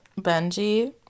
Benji